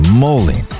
moly